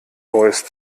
voice